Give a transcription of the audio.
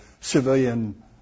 civilian